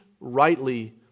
rightly